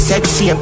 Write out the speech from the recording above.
Sexy